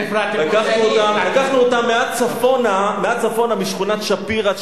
לקחנו אותם מעט צפונה משכונת שפירא,